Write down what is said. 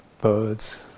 birds